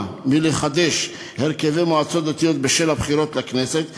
מלחדש הרכבי מועצות דתיות בשל הבחירות לכנסת,